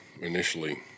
initially